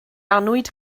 annwyd